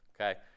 Okay